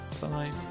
Bye